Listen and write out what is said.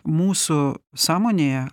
mūsų sąmonėje